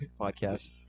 podcast